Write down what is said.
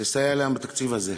לסייע להם בתקציב הזה.